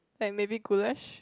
like maybe goulash